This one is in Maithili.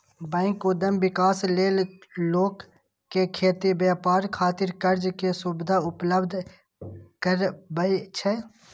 बैंक उद्यम विकास लेल लोक कें खेती, व्यापार खातिर कर्ज के सुविधा उपलब्ध करबै छै